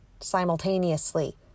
simultaneously